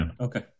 Okay